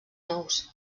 nous